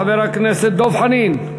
חבר הכנסת דב חנין,